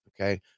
okay